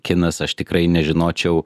kinas aš tikrai nežinočiau